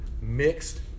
mixed